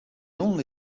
only